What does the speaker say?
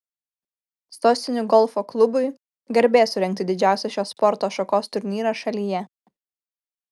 sostinių golfo klubui garbė surengti didžiausią šios sporto šakos turnyrą šalyje